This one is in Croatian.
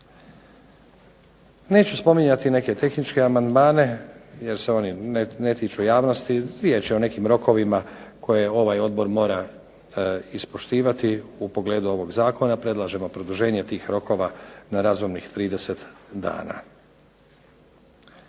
Neću spominjati neke tehničke amandmane jer se oni ne tiču javnosti, riječ je o nekim rokovima koje ovaj Odbor mora ispoštivati u pogledu ovog Zakona, predlažemo produženje tih rokova na razumnih 30 dana.